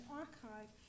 archive